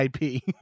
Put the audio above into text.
IP